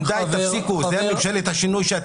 זה ממשלת השינוי?